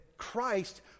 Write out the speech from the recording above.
Christ